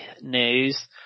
news